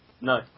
No